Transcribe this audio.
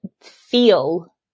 feel